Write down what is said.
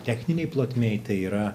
techninėj plotmėj tai yra